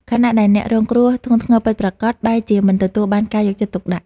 ខណៈដែលអ្នករងគ្រោះធ្ងន់ធ្ងរពិតប្រាកដបែរជាមិនទទួលបានការយកចិត្តទុកដាក់។